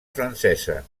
francesa